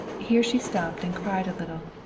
here she stopped and cried a little.